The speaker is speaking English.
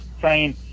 Train